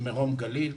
מרום גליל.